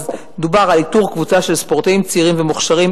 דובר על איתור קבוצה של ספורטאים צעירים ומוכשרים,